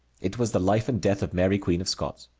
it was the life and death of mary queen of scots.